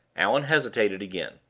allan hesitated again.